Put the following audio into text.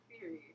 theory